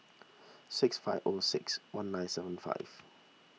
six five O six one nine seven five